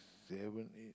seven eight